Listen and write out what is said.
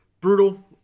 brutal